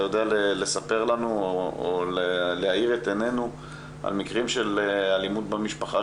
יודע לספר לנו או להאיר את עינינו על מקרים של אלימות במשפחה,